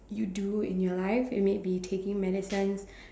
you do in your life you may be taking medicines